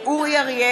(קוראת בשם חבר הכנסת)